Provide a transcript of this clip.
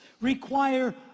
require